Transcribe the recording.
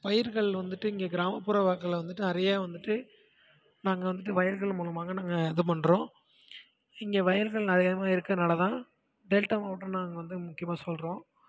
பயிர்கள் வந்துட்டு இங்கே கிராமப்புறங்க்களில வந்துட்டு நிறைய வந்துட்டு நாங்கள் வந்துட்டு வயல்கள் மூலமாக நாங்கள் இது பண்ணுறோம் இங்கே வயல்கள் நிறையவும் இருக்கிறனாலதான் டெல்ட்டா மாவட்டம்ன்னு நாங்கள் வந்து முக்கியமாக சொல்கிறோம்